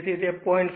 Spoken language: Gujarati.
તેથી તે 0